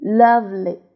lovely